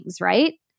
right